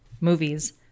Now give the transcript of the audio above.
movies